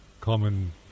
common